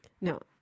No